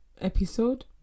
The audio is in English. episode